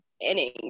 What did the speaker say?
innings